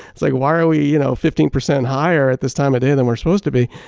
it's like, why are we you know fifteen percent higher at this time of day than we're supposed to be?